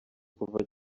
kuva